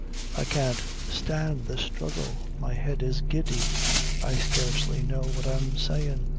i can't stand this struggle my head is giddy i scarcely know what i'm sayin',